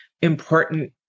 important